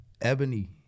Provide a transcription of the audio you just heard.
Ebony